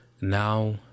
Now